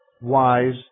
wise